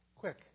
Quick